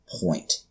point